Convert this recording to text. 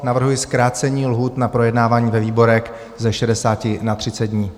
Navrhuji zkrácení lhůt na projednávání ve výborech ze 60 na 30 dní.